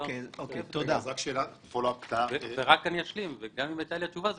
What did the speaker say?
גם אם הייתה לי את התשובה הזאת,